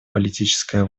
политическая